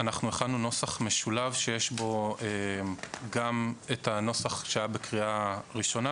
אנחנו הכנו נוסח משולב שיש בו גם את הנוסח שהיה בקריאה ראשונה,